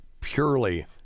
purely